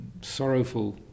sorrowful